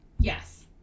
Yes